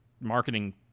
marketing